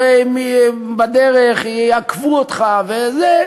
הרי הם יעכבו אותך בדרך.